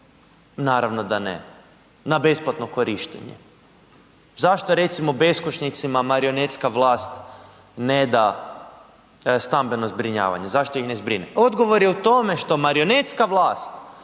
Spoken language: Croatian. Naravno da ne, na besplatno korištenje. Zašto recimo beskućnicima marionetska vlast ne da stambeno zbrinjavanje, zašto ih ne zbrine? Odgovor je u tome što marionetska vlast